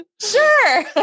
Sure